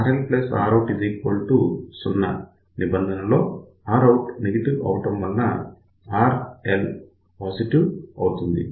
RlRout 0 నిబంధనలో Rout negative అవ్వడం వల్ల Rl పాజిటివ్ అవుతుంది